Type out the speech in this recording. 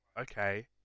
okay